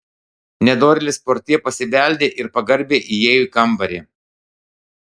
nedorėlis portjė pasibeldė ir pagarbiai įėjo į kambarį